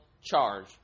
charge